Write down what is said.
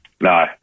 no